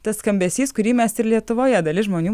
tas skambesys kurį mes ir lietuvoje dalis žmonių